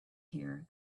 here